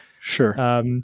Sure